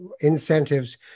incentives